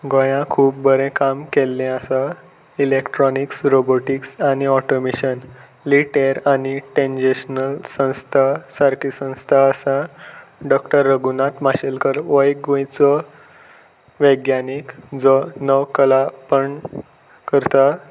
गोंया खूब बरें काम केल्लें आसा इलेक्ट्रोनिक्स रोबोटिक्स आनी ऑटोमेशन लिट टेर आनी टॅजेशनल संस्था सारकी संस्था आसा डॉक्टर रघुनाथ माशेलकर हो एक गोंयचो वैज्ञानीक जो नवकलापण करता